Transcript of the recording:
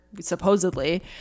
supposedly